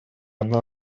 одна